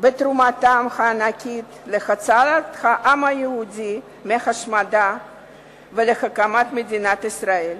בתרומתם הענקית להצלת העם היהודי מהשמדה ולהקמת מדינת ישראל.